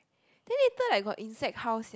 then later like got insect how sia